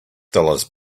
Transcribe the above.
dollars